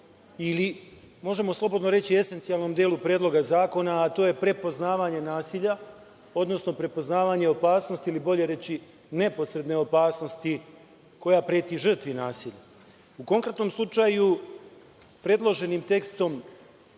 ili, možemo slobodno reći, esencijalnom delu Predloga zakona, a to je prepoznavanje nasilja, odnosno prepoznavanje opasnosti ili, bolje reći, neposredne opasnosti koja preti žrtvi nasilja.U konkretnom slučaju predloženim tekstom